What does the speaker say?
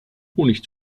honig